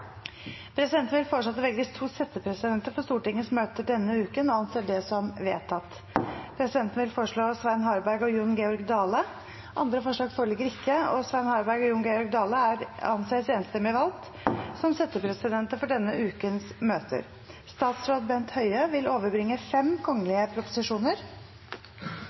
Presidenten vil foreslå at det velges to settepresidenter for Stortingets møter denne uken – og anser det som vedtatt. Presidenten vil foreslå Svein Harberg og Jon Georg Dale. – Andre forslag foreligger ikke, og Svein Harberg og Jon Georg Dale anses enstemmig valgt som settepresidenter for denne ukens møter. Representanten Bjørnar Moxnes vil